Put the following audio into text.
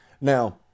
Now